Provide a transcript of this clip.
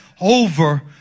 over